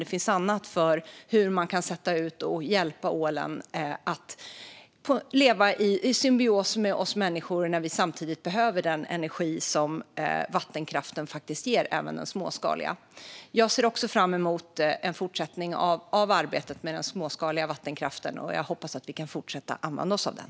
Det handlar om att sätta ut ål och hjälpa ålen att leva i symbios med oss människor när vi behöver den energi som vattenkraften ger, även den småskaliga vattenkraften. Jag ser fram emot en fortsättning på arbetet med den småskaliga vattenkraften, och jag hoppas att vi kan fortsätta att använda oss av den.